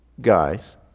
guys